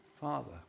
Father